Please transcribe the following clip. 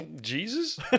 Jesus